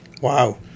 Wow